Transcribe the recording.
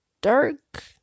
dark